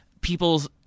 people's